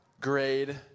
grade